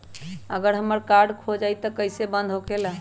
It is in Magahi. अगर हमर कार्ड खो जाई त इ कईसे बंद होकेला?